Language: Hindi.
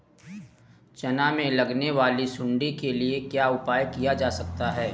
चना में लगने वाली सुंडी के लिए क्या उपाय किया जा सकता है?